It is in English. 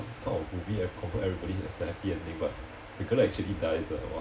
this kind of movie have confirm everybody has a happy ending but the girl actually dies ah